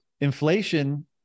inflation